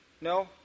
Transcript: No